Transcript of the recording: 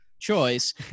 choice